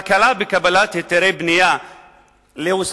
הקלה בקבלת היתרי בנייה להוספת